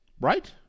Right